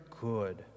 good